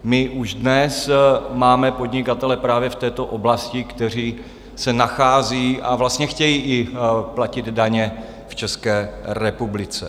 My už dnes máme podnikatele právě v této oblasti, kteří se nacházejí, a vlastně chtějí i platit daně v České republice.